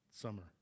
summer